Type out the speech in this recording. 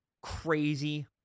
Crazy